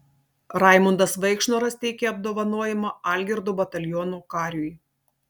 raimundas vaikšnoras teikia apdovanojimą algirdo bataliono kariui